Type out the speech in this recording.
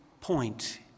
point